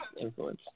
influence